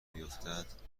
بیفتد